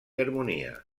harmonia